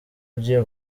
ugiye